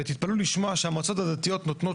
ותתפלאו לשמוע שהמועצות הדתיות נותנות